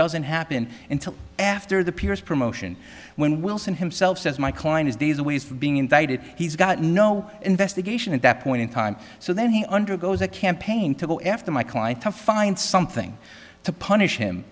doesn't happen until after the pierce promotion when wilson himself says my client is days away from being indicted he's got no investigation at that point in time so then he undergoes a campaign to go after my client to find something to punish him